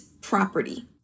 property